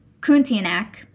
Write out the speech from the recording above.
Kuntianak